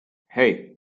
hey